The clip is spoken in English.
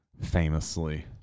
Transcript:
Famously